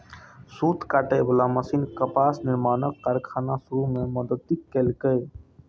सूत काटे बला मशीन कपास निर्माणक कारखाना शुरू मे मदति केलकै